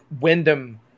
Wyndham